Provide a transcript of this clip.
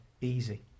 Easy